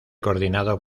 coordinado